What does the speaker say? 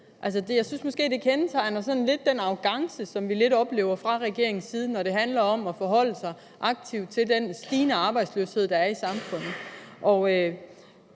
Jeg synes måske, at det er lidt kendetegnende for den arrogance, som vi lidt oplever fra regeringens side, når det handler om at forholde sig aktivt til den stigende arbejdsløshed, der er i samfundet.